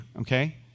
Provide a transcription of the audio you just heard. okay